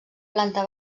planta